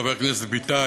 חבר הכנסת ביטן,